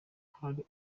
hari